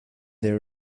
there